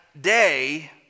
day